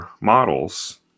models